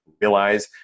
realize